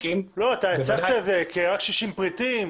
הצגת את זה רק כ-60 פריטים.